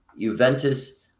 Juventus